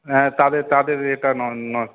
হ্যাঁ তাদের তাদের এটা নড়নড়